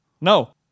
No